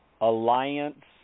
alliance